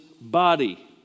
body